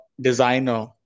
designer